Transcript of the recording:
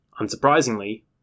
Unsurprisingly